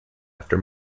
after